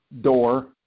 door